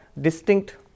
distinct